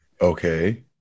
Okay